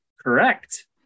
Correct